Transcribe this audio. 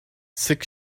six